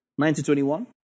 1921